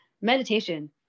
Meditation